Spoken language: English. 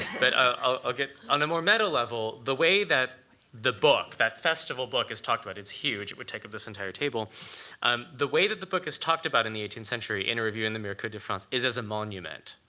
but ah on the more meta-level the way that the book, that festival book, is talked about it's huge. it would take up this entire table um the way that the book is talked about in the eighteenth century in a review in the de france is as a monument.